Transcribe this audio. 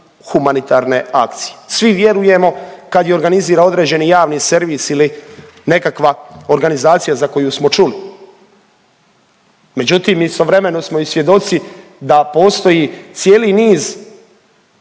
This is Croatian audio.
humanitarne akcije. Svi vjerujemo kad je organizira određeni javni servis ili nekakva organizacija za koju smo čuli, međutim istovremeno smo i svjedoci da postoji cijeli niz